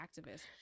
activist